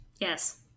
Yes